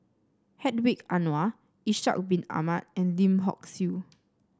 Hedwig Anuar Ishak Bin Ahmad and Lim Hock Siew